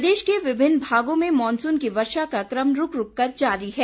प्रदेश के विभिन्न भागों में मॉनसून की वर्षा का कम रूक रूक कर जारी है